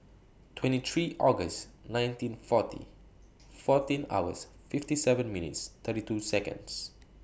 twenty three August nineteen forty fourteen hours fifty seven minutes thirty two Seconds